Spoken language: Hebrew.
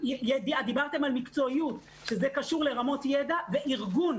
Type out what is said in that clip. דיברתם על מקצועיות, שזה קשור לרמות ידע וארגון,